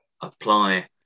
apply